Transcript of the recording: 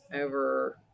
over